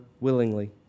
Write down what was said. willingly